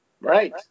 Right